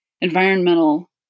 environmental